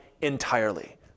entirely